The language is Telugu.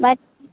మాది